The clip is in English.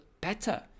better